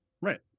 Right